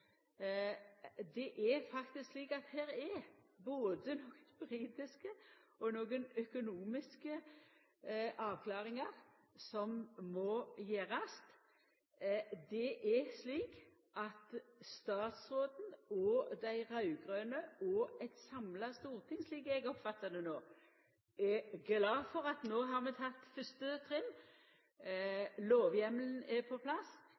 Det er faktisk slik at her er det både nokre juridiske og nokre økonomiske avklaringar som må gjerast. Det er slik at statsråden og dei raud-grøne og eit samla storting – slik eg oppfattar det no – er glade for at vi no har teke fyrste trinn, lovheimelen er på plass,